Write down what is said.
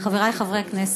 חברי חברי הכנסת,